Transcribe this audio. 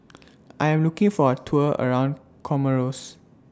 I Am looking For A Tour around Comoros